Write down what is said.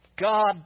God